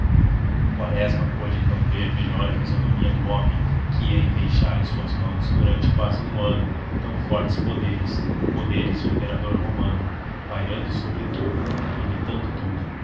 quaresma pôde então ver melhor a fisionomia do homem que ia feixar em suas mãos durante quase um ano tão fortes poderes poderes de imperador romano pairando sobre tudo limitando tudo